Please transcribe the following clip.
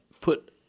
put